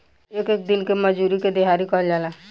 एक एक दिन के मजूरी के देहाड़ी कहल जाला